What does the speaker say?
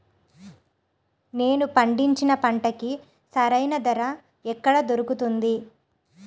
నేను పండించిన పంటకి సరైన ధర ఎక్కడ దొరుకుతుంది?